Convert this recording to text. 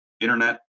Internet